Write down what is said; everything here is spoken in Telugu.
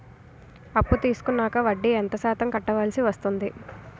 అప్పు తీసుకున్నాక వడ్డీ ఎంత శాతం కట్టవల్సి వస్తుంది?